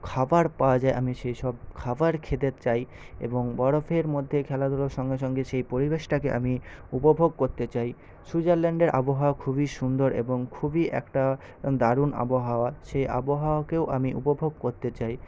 খাবার পাওয়া যায় আমি সেসব খাবার খেতে চাই এবং বরফের মধ্যে খেলাধুলার সঙ্গে সঙ্গে সেই পরিবেশটাকে আমি উপভোগ করতে চাই সুইজারল্যান্ডের আবহাওয়া খুবই সুন্দর এবং খুবই একটা দারুন আবহাওয়া সেই আবহাওয়াকেও আমি উপভোগ করতে চাই